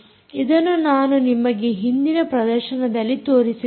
ಇದನ್ನು ನಾನು ನಿಮಗೆ ಹಿಂದಿನ ಪ್ರದರ್ಶನದಲ್ಲಿ ತೋರಿಸಿದ್ದೇನೆ